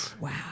Wow